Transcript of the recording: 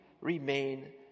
remain